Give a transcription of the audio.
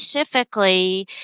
specifically